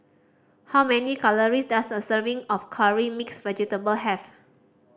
how many calories does a serving of Curry Mixed Vegetable have